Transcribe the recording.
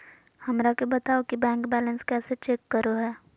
हमरा के बताओ कि बैंक बैलेंस कैसे चेक करो है?